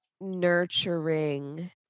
nurturing